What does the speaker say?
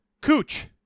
Cooch